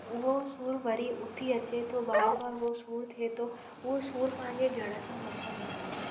उहो सूरु वरी उथी अचे तो बार बार उहो सूर थिए थो उहो सूरु पंहिंजे जड़ सां नथो निकिरे